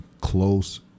close